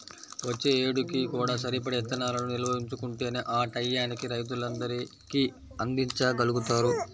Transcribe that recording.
వచ్చే ఏడుకి కూడా సరిపడా ఇత్తనాలను నిల్వ ఉంచుకుంటేనే ఆ టైయ్యానికి రైతులందరికీ అందిచ్చగలుగుతారు